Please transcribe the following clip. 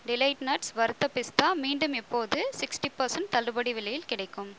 delight nuts வறுத்த பிஸ்தா மீண்டும் எப்போது சிக்ஸ்ட்டி பெர்சண்ட் தள்ளுபடி விலையில் கிடைக்கும்